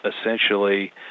essentially